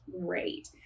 great